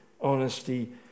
honesty